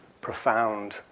profound